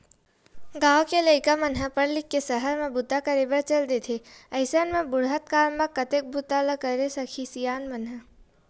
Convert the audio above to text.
गाँव के लइका मन ह पड़ लिख के सहर म बूता करे बर चल देथे अइसन म बुड़हत काल म कतेक बूता ल करे सकही सियान मन ह